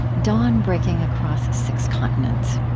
dawn breaking across six continents.